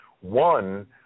One